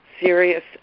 serious